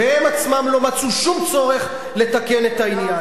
והם עצמם לא מצאו שום צורך לתקן את העניין.